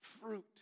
fruit